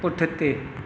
पुठिते